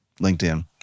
LinkedIn